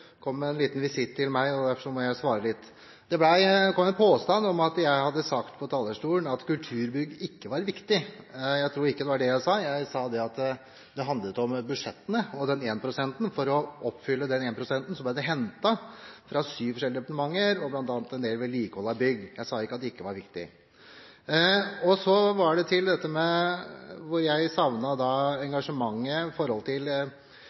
kom en påstand om at jeg hadde sagt fra talerstolen at kulturbygg ikke var viktig. Jeg tror ikke det var det jeg sa. Jeg sa at det handlet om budsjettene, om den énprosenten, og for å oppfylle den énprosenten ble det hentet fra sju forskjellige departementer og fra bl.a. en del vedlikehold av bygg – jeg sa ikke at det ikke var viktig. Når det gjelder det at jeg savnet engasjementet for forslag i innstillingen, så forteller representanten Aasrud at det er Stoltenberg-regjeringens opprinnelige budsjett som lå til grunn. Ja, det legger også denne regjeringen til